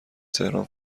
تهران